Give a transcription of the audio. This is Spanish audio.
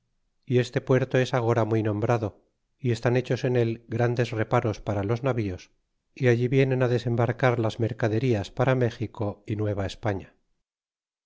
y este puerto es agora muy nombrado y estan hechos en él grande g reparos para los navíos y allí vienen desembarcar las mercaderías para méxico e nueva españa